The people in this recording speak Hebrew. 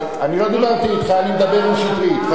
אני לא דיברתי אתך, אני מדבר עם שטרית.